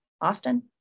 Austin